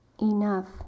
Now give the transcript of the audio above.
Enough